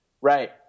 Right